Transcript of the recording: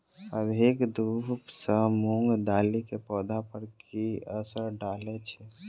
अधिक धूप सँ मूंग दालि केँ पौधा पर की असर डालय छै?